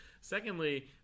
Secondly